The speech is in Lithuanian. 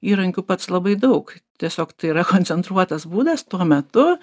įrankių pats labai daug tiesiog tai yra koncentruotas būdas tuo metu